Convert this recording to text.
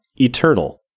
Eternal